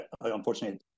Unfortunately